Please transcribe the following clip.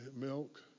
milk